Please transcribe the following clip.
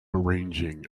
arranging